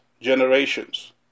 generations